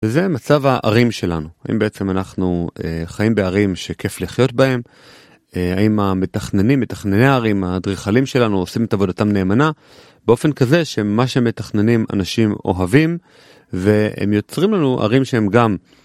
זה מצב הערים שלנו, אם בעצם אנחנו חיים בערים שכיף לחיות בהן, האם המתכננים, מתכנני הערים, האדריכלים שלנו עושים את עבודתם נאמנה, באופן כזה שמה שמתכננים אנשים אוהבים, והם יוצרים לנו ערים שהם גם.